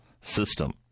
system